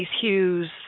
Hughes